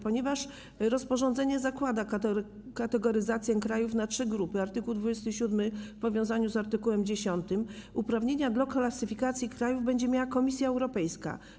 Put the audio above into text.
Ponieważ rozporządzenie zakłada kategoryzację krajów na trzy grupy, chodzi o art. 27 w powiązaniu z art. 10, uprawnienia do klasyfikacji krajów będzie miała Komisja Europejska.